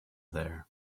there